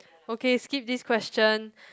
okay skip this question